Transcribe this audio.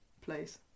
place